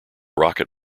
rocket